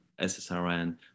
SSRN